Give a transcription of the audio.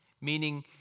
meaning